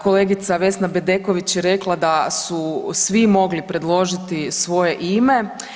Kolegica Vesna Bedeković je rekla da su svi mogli predložiti svoje ime.